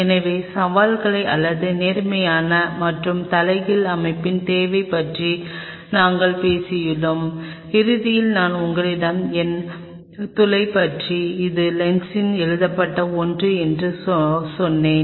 எனவே சவால்கள் அல்லது நேர்மையான மற்றும் தலைகீழ் அமைப்பின் தேவை பற்றி நாங்கள் பேசியுள்ளோம் இறுதியில் நான் உங்களிடம் எண் துளை பற்றி இது லென்ஸில் எழுதப்படும் ஒன்று என்று சொன்னேன்